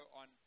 on